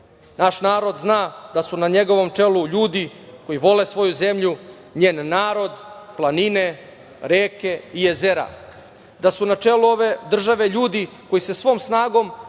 Naš narod zna da su na njegovom čelu ljudi koji vole svoju zemlju, njen narod, planine, reke i jezera, da su na čelu ove države ljudi koji se svom snagom,